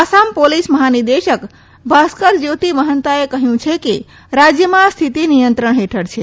Assam police મહાનિદેશક ભાસ્કર જયોતિ મહન્તાએ કહયું છે કે રાજયમાં સ્થિતી નિયંત્રણ હેઠળ છે